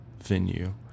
venue